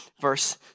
verse